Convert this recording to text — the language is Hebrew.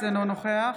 אינו נוכח